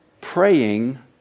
Praying